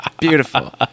Beautiful